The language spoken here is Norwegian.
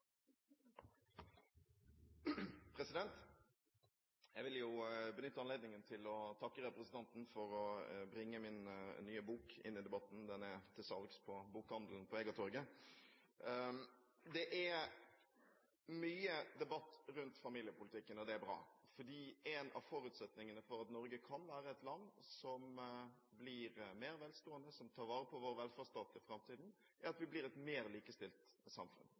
Jeg vil benytte anledningen til å takke representanten for å bringe min nye bok inn i debatten – den er til salgs i bokhandelen på Egertorget. Det er mye debatt rundt familiepolitikken, og det er bra. En av forutsetningene for at Norge kan være et land som blir mer velstående, og der vi tar vare på vår velferdsstat i framtiden, er at vi blir et mer likestilt samfunn.